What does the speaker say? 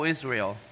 Israel